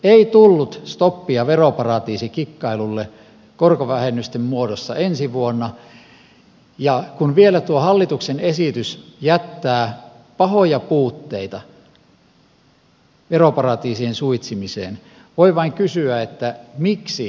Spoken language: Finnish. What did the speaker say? ei tullut stoppia veroparatiisikikkailulle korkovähennysten muodossa ensi vuonna ja kun vielä tuo hallituksen esitys jättää pahoja puutteita veroparatiisien suitsimiseen voi vain kysyä miksi näin